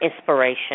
inspiration